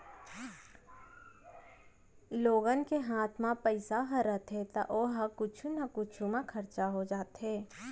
लोगन के हात म पइसा ह रहिथे त ओ ह कुछु न कुछु म खरचा हो जाथे